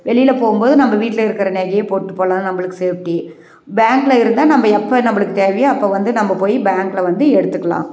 வெளியில் போகும் போது நம்ம வீட்டில் இருக்கிற நகையை போட்டுப்போலாம் நம்மளுக்கு சேஃப்டி பேங்கில் இருந்தால் நம்ம எப்போ நம்மளுக்கு தேவையோ அப்போ வந்து நம்ம போய் பேங்கில் வந்து எடுத்துக்கலாம்